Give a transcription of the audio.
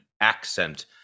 accent